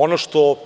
Ono što